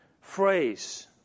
phrase